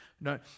No